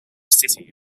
city